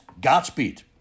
Godspeed